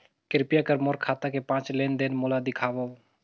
कृपया कर मोर खाता के पांच लेन देन मोला दिखावव